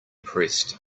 pressed